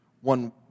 one